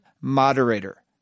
moderator